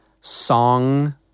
song